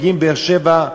מגיעים מבאר-שבע,